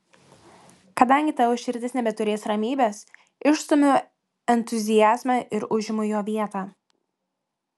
kadangi tavo širdis nebeturės ramybės išstumiu entuziazmą ir užimu jo vietą